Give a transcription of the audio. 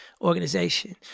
Organization